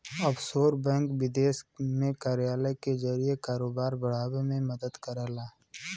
offshore bank विदेश में कार्यालय के जरिए कारोबार बढ़ावे में मदद करला